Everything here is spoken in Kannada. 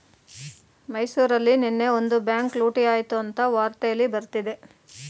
ಮೈಸೂರಲ್ಲಿ ನೆನ್ನೆ ಒಂದು ಬ್ಯಾಂಕ್ ಲೂಟಿ ಆಯ್ತು ಅಂತ ವಾರ್ತೆಲ್ಲಿ ಬರ್ತಿದೆ